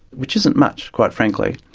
which isn't much, quite frankly.